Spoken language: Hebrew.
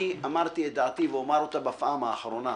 אני אמרתי את דעתי, ואומר אותה בפעם האחרונה: